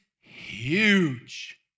huge